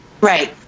Right